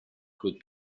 could